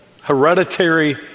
hereditary